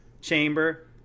chamber